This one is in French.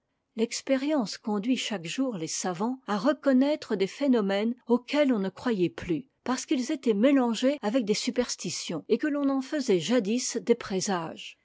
l'expérience conduit chaque jour les savants à reconnaître des phénomènes auxquels on ne croyait plus parce qu'ils étaient mélangés avec des superstitions et que l'on en faisait jadis des présages